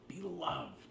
beloved